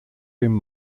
dem